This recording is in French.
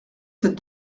cette